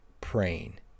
praying